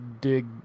dig